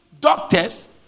doctors